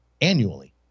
annually